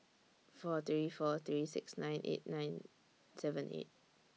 four three four three six nine eight nine seven eight